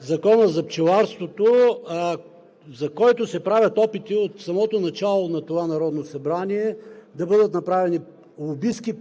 Закона за пчеларството се правят опити от самото начало на това Народно събрание да бъдат направени лобистки